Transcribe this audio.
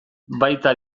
baita